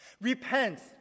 Repent